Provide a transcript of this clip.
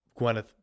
Gwyneth